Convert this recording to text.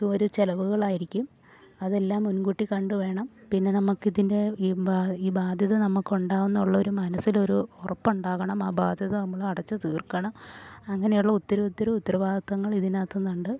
ഇത് ഒരു ചിലവുകളായിരിക്കും അതെല്ലാം മുൻകുട്ടി കണ്ടു വേണം പിന്നെ നമുക്കിതിൻ്റെ ഈ ഈ ബാധ്യത നമുക്കുണ്ടാകുന്നുള്ളൊരു മനസ്സിലൊരു ഉറപ്പുണ്ടാകണം ആ ബാധ്യത നമ്മൾ അടച്ചു തീർക്കണം അങ്ങനെയുള്ള ഒത്തിരി ഒത്തിരി ഉത്തരവാദിത്വങ്ങൾ ഇതിനകത്തുന്നുണ്ട്